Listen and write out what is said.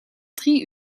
drie